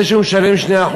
זה שהוא משלם 2%,